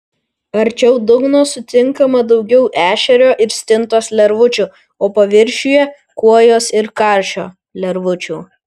arčiau dugno sutinkama daugiau ešerio ir stintos lervučių o paviršiuje kuojos ir karšio lervučių